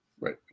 Right